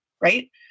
right